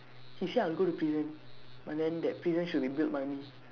he say I'll go to prison but then that prison should be built by me